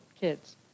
kids